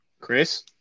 Chris